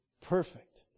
perfect